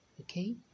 Okay